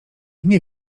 nie